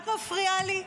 את מפריעה לי?